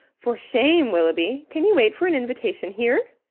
for shame, willoughby, can you wait for an invitation here?